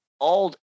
old